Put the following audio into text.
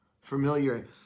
familiar